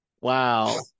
Wow